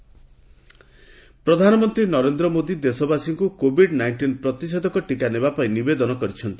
ମନ୍ କୀ ବାତ୍ ପ୍ରଧାନମନ୍ତ୍ରୀ ନରେନ୍ଦ୍ର ମୋଦି ଦେଶବାସୀଙ୍କୁ Covid nineteen ପ୍ରତିଷେଧକ ଟିକା ନେବାପାଇଁ ନିବେଦନ କରିଛନ୍ତି